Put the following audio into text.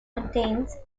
contains